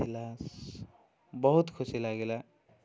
ଥିଲା ବହୁତ ଖୁସି ଲାଗିଲା